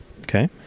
Okay